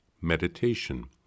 Meditation